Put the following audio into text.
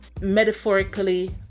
metaphorically